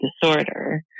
disorder